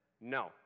No